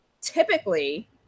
typically